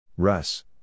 Russ